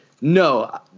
No